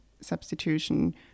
substitution